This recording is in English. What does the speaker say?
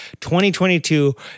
2022